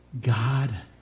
God